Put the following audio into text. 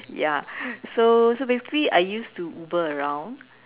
ya so so basically I used to Uber around